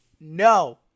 No